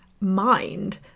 mind